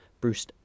Bruce